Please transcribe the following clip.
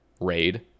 raid